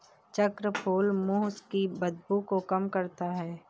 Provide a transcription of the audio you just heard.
चक्रफूल मुंह की बदबू को कम करता है